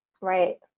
Right